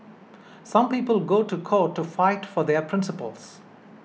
some people go to court to fight for their principles